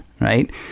Right